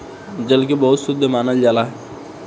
जल के बहुत शुद्ध मानल जाला